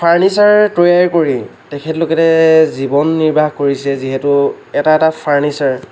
furniture তৈয়াৰ কৰি তেখেতলোকে জীৱন নিৰ্বাহ কৰিছে যিহেতু এটা এটা ফাৰ্ণিচাৰ